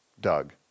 Doug